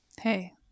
Hey